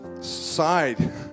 side